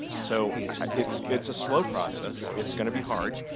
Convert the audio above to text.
so it's it's a sloa process. it's going to be hard.